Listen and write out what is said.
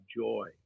joy